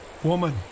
Woman